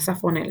אסף רונאל,